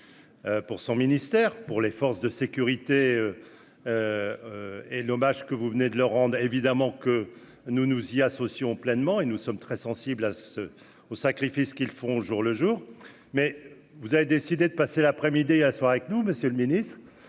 pour son ministère pour les forces de sécurité et l'hommage que vous venez de leur rendent évidemment que nous nous y associons pleinement et nous sommes très sensibles à ce au sacrifices qu'ils font au jour le jour, mais vous avez décidé de passer l'après-midi à asseoir avec nous, Monsieur le Ministre,